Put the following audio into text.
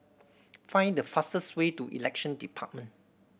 find the fastest way to Election Department